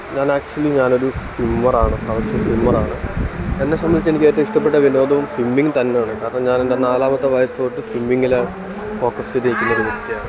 ഞാൻ ഏക്ച്വലി ഞാനൊരു സ്വിമ്മറാണ് സ്വിമ്മറാണ് എന്നെ സംബന്ധിച്ച് എനിക്കേറ്റവും ഇഷ്ടപ്പെട്ട വിനോദവും സ്വിമ്മിങ് തന്നെയാണ് കാരണം ഞാനെൻ്റെ നാലാമത്തെ വയസ്സ് തൊട്ട് സ്വിമ്മിങ്ങിൽ ഫോക്കസ് ചെയ്തിരിക്കുന്നൊരു വ്യക്തിയാണ്